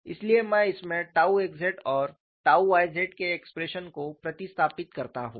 इसलिए मैं इसमें टाउ xz और टाउ y z के एक्सप्रेशन को प्रतिस्थापित करता हूँ